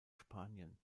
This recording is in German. spanien